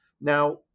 Now